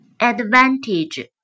Advantage